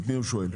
את מי הוא שואל?